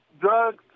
drugs